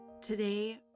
Today